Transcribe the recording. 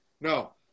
No